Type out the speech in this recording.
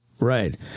Right